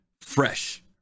fresh